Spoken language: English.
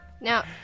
Now